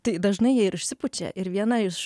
tai dažnai jie ir išsipučia ir viena iš